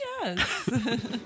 Yes